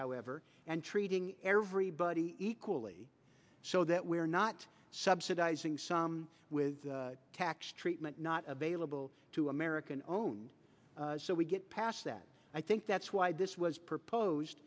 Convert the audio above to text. however and treating everybody equally so that we're not subsidizing some with tax treatment not available to american owned so we get past that i think that's why this was proposed